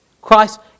Christ